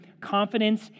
confidence